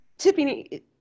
Tiffany